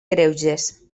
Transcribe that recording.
greuges